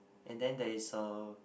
and then there is a